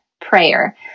prayer